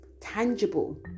tangible